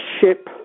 ship